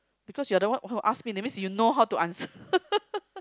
because you are the one who asked one that's mean you know how to answer